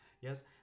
yes